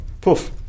Poof